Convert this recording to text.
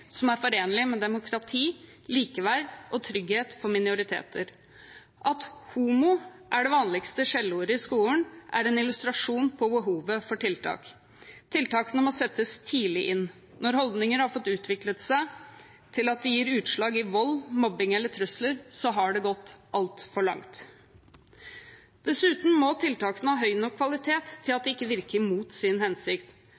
som er forenlige med demokrati, likeverd og trygghet for minoriteter. At «homo» er det vanligste skjellsordet i skolen, er en illustrasjon på behovet for tiltak. Tiltakene må settes tidlig inn. Når holdninger har fått utvikle seg til at de gir utslag i vold, mobbing eller trusler, har det gått altfor langt. Dessuten må tiltakene ha høy nok kvalitet til at